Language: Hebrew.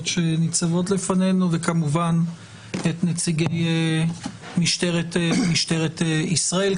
שניצבות לפנינו וכמובן את נציגי משטרת ישראל.